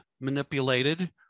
manipulated